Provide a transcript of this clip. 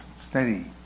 steady